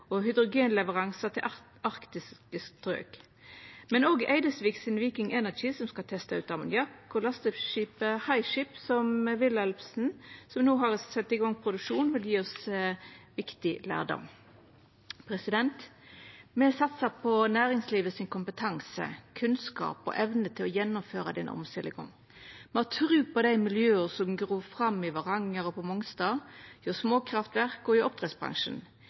til arktiske strøk og Eidesviks Viking Energy, som skal testa ut ammoniakk. Lasteskipet HySHIP, som Wilhelmsen no har sett i produksjon, vil gje oss viktig lærdom. Me satsar på næringslivet sin kompetanse, kunnskap og evne til å gjennomføra denne omstillinga. Me har tru på dei miljøa som gror fram i Varanger og på Mongstad, hjå småkraftverk og i oppdrettsbransjen.